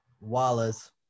Wallace